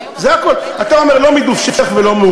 יוותרו על החופש.